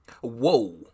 whoa